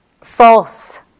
false